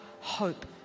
hope